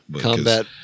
Combat